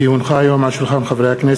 כי הונחה היום על שולחן הכנסת,